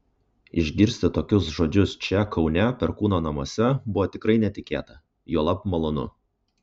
išgirsti tokius žodžius čia kaune perkūno namuose buvo tikrai netikėta juolab malonu